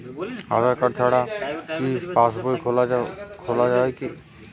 আধার card ছাড়া কি পাসবই খোলা যাবে কি?